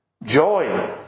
Joy